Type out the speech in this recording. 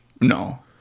no